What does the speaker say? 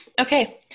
Okay